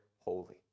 holy